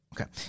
Okay